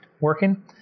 working